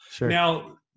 Now